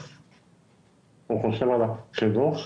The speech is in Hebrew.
גברתי,